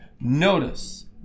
Notice